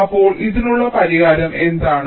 അപ്പോൾ ഇതിനുള്ള പരിഹാരം എന്താണ്